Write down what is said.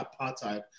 apartheid